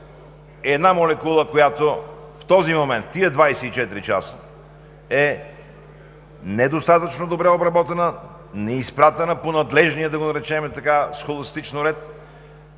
една молекула, която в този момент, в тези 24 часа е недостатъчно добре обработена, неизпратена по надлежния, да го наречем схоластичен ред?!